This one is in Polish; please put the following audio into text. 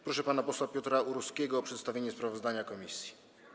Proszę pana posła Piotra Uruskiego o przedstawienie sprawozdania komisji.